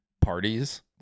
parties